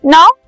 Now